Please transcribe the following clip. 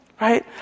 right